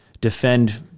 defend